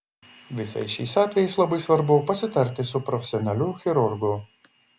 visais šiais atvejais labai svarbu pasitarti su profesionaliu chirurgu